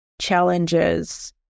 challenges